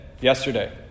yesterday